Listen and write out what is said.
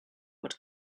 what